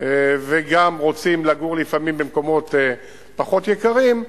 וגם רוצים לגור לפעמים במקומות פחות יקרים,